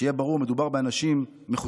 שיהיה ברור, מדובר באנשים מחושבים,